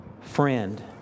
friend